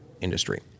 industry